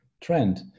trend